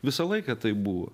visą laiką taip buvo